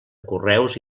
correus